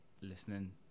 listening